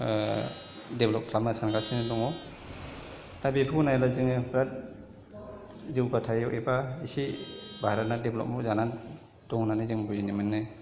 develop खालामनो सानगासिनो दङ दा बेफोरखौ नायोब्ला जोङो बिराथ जौगाथायाव एबा एसे भारतना डेभेलप जानानै दं होननानै जों बुजिनो मोनो